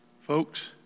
Folks